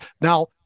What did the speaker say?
Now